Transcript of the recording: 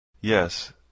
Yes